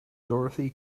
dorothy